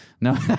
No